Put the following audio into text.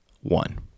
one